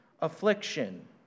affliction